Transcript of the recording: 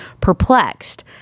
perplexed